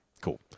Cool